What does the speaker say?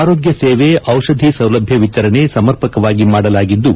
ಆರೋಗ್ನ ಸೇವೆ ಔಷಧಿ ಸೌಲಭ್ನ ವಿತರಣೆ ಸಮರ್ಪಕವಾಗಿ ಮಾಡಲಾಗಿದ್ದು